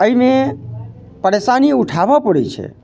अइमे परेशानी उठाबऽ पड़ै छै